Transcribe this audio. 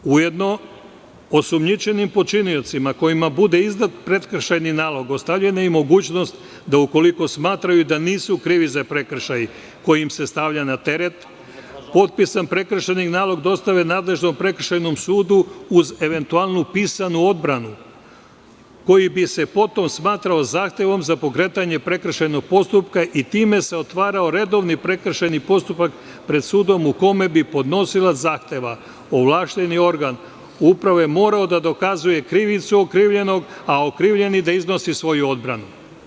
Ujedno, osumnjičenim počiniocima, kojima bude izdat prekršajni nalog, ostavljena je mogućnost da, ukoliko smatraju da nisu krivi za prekršaj koji im se stavlja na teret, potpisan prekršajni nalog dostave nadležnom prekršajnom sudu uz eventualnu pisanu odbranu, koji bi se potom smatrao zahtevom za pokretanje prekršajnog postupka i time se otvarao redovni prekršajni postupak pred sudom u kome bi podnosilac zahteva, ovlašćeni organ uprave, morao da dokazuje krivicu okrivljenog, a okrivljeni da iznosi svoju odbranu.